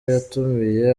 yatumiye